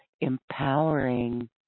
empowering